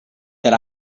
that